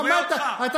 קורא אותך, קורא אותך.